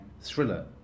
thriller